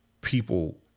people